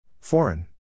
Foreign